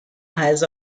has